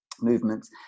movements